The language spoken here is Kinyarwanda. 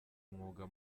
umwuga